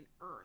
earth